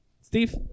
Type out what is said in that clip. Steve